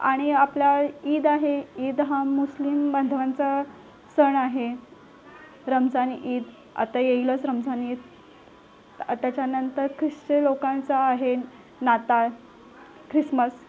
आणि आपला ईद आहे ईद हा मुस्लिम बांधवांचा सण आहे रमजान ईद आत्ता येईलच रमजान ईद त्याच्यानंतर ख्रिस्ती लोकांचा आहे नाताळ ख्रिसमस